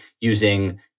using